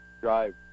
drive